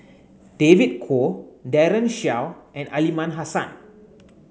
David Kwo Daren Shiau and Aliman Hassan